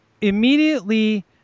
immediately